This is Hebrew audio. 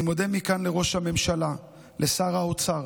אני מודה מכאן לראש הממשלה, לשר האוצר